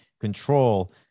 control